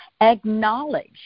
acknowledge